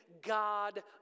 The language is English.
God